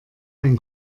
ein